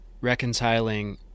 reconciling